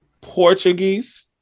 Portuguese